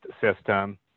system